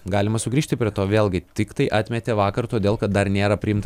galima sugrįžti prie to vėlgi tiktai atmetė vakar todėl kad dar nėra priimta